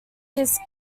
his